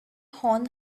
horn